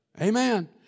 Amen